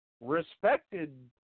respected